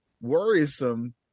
worrisome